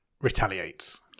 retaliates